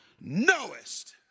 knowest